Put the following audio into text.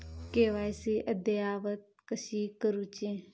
KYC अद्ययावत कशी करुची?